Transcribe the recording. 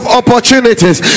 opportunities